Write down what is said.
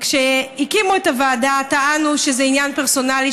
כשהקימו את הוועדה טענו שזה עניין פרסונלי,